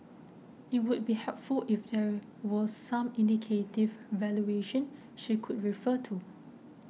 it would be helpful if there were some indicative valuation she could refer to